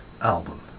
album